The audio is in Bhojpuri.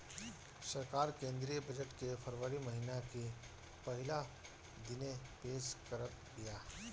सरकार केंद्रीय बजट के फरवरी महिना के पहिला दिने पेश करत बिया